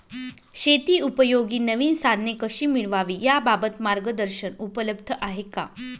शेतीउपयोगी नवीन साधने कशी मिळवावी याबाबत मार्गदर्शन उपलब्ध आहे का?